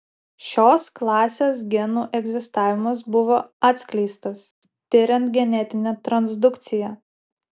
šios klasės genų egzistavimas buvo atskleistas tiriant genetinę transdukciją